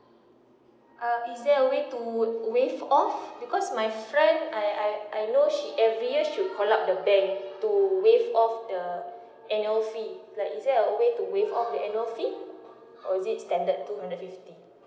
uh is there a way to waive off because my friend I I I know she every year she call up the bank to waive off the annual fees like is it a way to waive off the annual feeor is it standard two hundred fifty